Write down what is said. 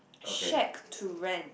shack to rent